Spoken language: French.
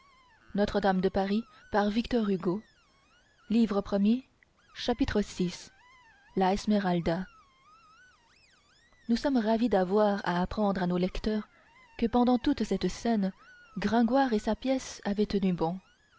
carrefours vi la esmeralda nous sommes ravi d'avoir à apprendre à nos lecteurs que pendant toute cette scène gringoire et sa pièce avaient tenu bon